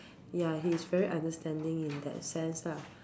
ya he is very understanding in that sense lah